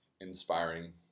inspiring